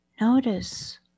Notice